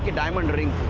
diamond ring